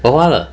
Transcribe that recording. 我花了